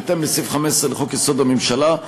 בהתאם לסעיף 15 לחוק-יסוד: הממשלה,